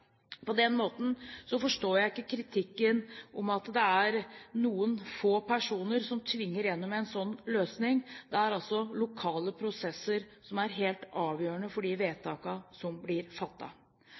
forstår jeg ikke den kritikken at det er noen få personer som tvinger igjennom en sånn løsning. Det er altså lokale prosesser som er helt avgjørende for de